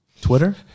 Twitter